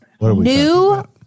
new